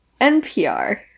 NPR